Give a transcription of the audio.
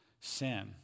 sin